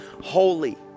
holy